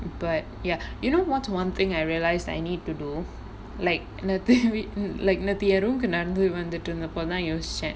but ya you know what's one thing I realised I need to do like நேத்து:nethu like நேத்து என்:nethu en room கு நடந்து வந்துட்டு இருந்தபோ தான் யோசிச்சேன்:ku nadanthu vanthutu irunthapo thaan yosichaen